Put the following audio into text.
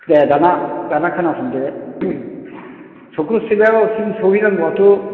दे दाना दाना खोनासंदो चख्रसिलायाव सिम सौहैनांगौआथ'